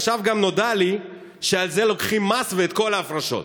עכשיו גם נודע לי שמזה לוקחים מס ואת כל ההפרשות.